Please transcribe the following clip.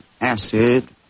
acid